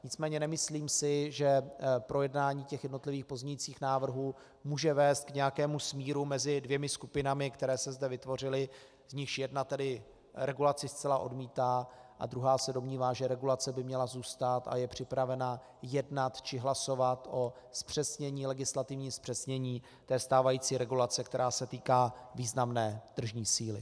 Nicméně nemyslím si, že projednání těch jednotlivých pozměňujících návrhů může vést k nějakému smíru mezi dvěma skupinami, které se zde vytvořily, z nichž jedna tedy regulaci zcela odmítá a druhá se domnívá, že regulace by měla zůstat, a je připravena jednat či hlasovat o legislativním zpřesnění stávající regulace, která se týká významné tržní síly.